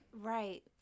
Right